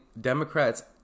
Democrats